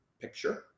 picture